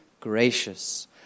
gracious